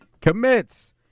commits